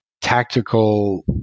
tactical